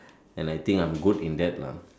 and I think I'm good in that lah